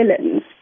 villains